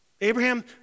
Abraham